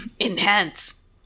Enhance